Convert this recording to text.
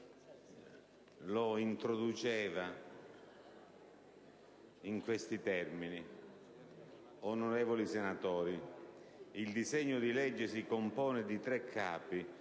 lo introduceva in questi termini: «Onorevoli senatori, il disegno di legge si compone di tre Capi,